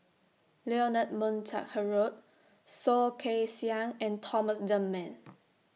Leonard Montague Harrod Soh Kay Siang and Thomas Dunman